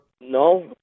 No